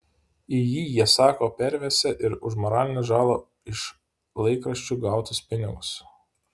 į jį jie sako pervesią ir už moralinę žalą iš laikraščių gautus pinigus